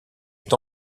est